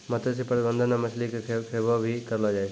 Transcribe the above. मत्स्य प्रबंधन मे मछली के खैबो भी करलो जाय